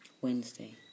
Wednesday